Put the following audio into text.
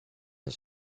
the